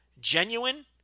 genuine